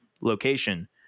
location